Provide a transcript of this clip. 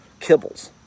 kibbles